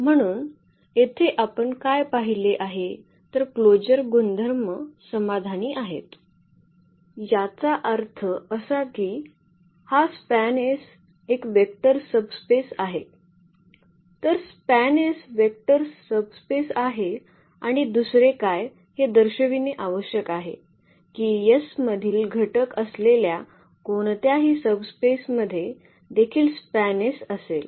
म्हणून येथे आपण काय पाहिले आहे तर क्लोजर गुणधर्म समाधानी आहेत याचा अर्थ असा की हा स्पॅनएस SPAN एक वेक्टर सब स्पेस आहे तर span S SPAN vector subspace आहे आणि दुसरे काय हे दर्शविणे आवश्यक आहे की S मधील घटक असलेल्या कोणत्याही सब स्पेसमध्ये देखील स्पॅनएस SPAN असेल